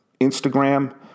Instagram